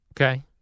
Okay